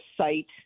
site